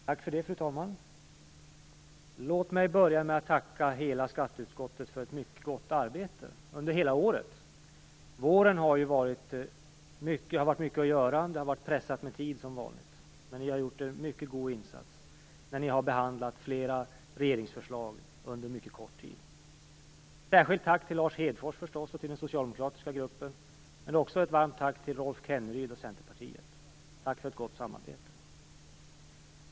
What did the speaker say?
Fru talman! Låt mig börja med att tacka hela skatteutskottet för ett mycket gott arbete under hela året. Det har varit mycket att göra under våren. Det har som vanligt varit en tidspress. Men ni har gjort en mycket god insats när ni har behandlat flera regeringsförslag under en mycket kort tid. Jag vill förstås rikta ett särskilt tack till Lars Hedfors och den socialdemokratiska gruppen men också ett varmt tack till Rolf Kenneryd och Centerpartiet. Tack för ett gott samarbete!